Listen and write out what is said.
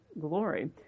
glory